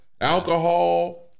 alcohol